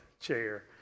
chair